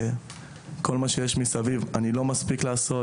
כל מה שיש מסביב ואני לא מספיק לעשות.